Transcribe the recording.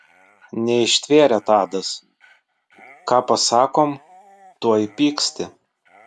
neištvėrė tadas ką pasakom tuoj pyksti